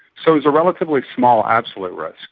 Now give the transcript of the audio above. so there's a relatively small absolute risk,